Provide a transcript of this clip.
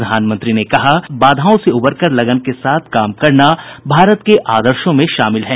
प्रधानमंत्री ने कहा कि बाधाओं से उबरकर लगन के साथ काम करना भारत के आदर्शों में शामिल है